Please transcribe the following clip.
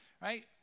right